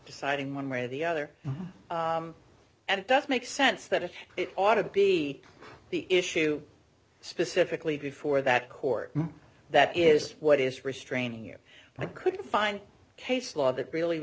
deciding one way or the other and it does make sense that if it ought to be the issue specifically before that court that is what is restraining here i couldn't find case law that really